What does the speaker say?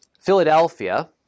Philadelphia